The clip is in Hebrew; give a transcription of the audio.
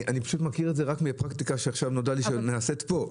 אני מכיר את זה רק מהפרקטיקה שעכשיו נודע לי שנעשית כאן.